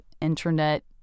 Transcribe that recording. internet